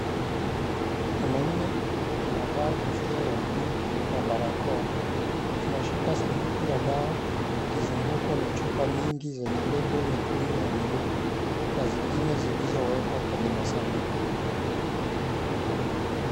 Mwanaume anavaa kofia ya buluu na barakoa. Anashika saduku la dawa akizungukwa na chupa nyingi zenye (cs)label (cs) nyekundu na nyeupe, na zingine zilizowekwa kwenye masanduku.